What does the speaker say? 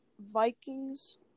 Vikings